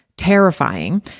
terrifying